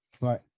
Right